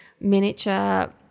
miniature